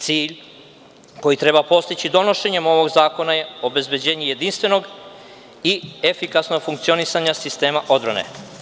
Cilj koji treba postići donošenjem ovog zakona je obezbeđenje jedinstvenog i efikasnog funkcionisanja sistema odbrane.